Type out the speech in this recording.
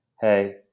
hey